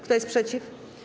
Kto jest przeciw?